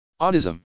Autism